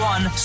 One